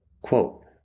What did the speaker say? Quote